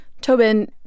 Tobin